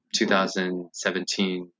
2017